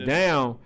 down